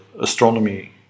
Astronomy